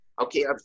Okay